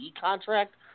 contract